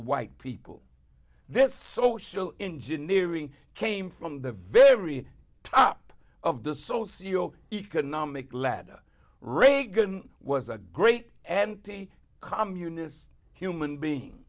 e white people this social engineering came from the very top of the socio economic ladder reagan was a great anti communist human being